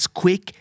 quick